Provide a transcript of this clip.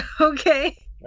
okay